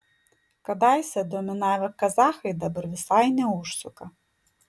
kadaise dominavę kazachai dabar visai neužsuka